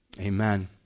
Amen